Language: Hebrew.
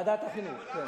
ועדת החינוך, כן.